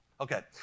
Okay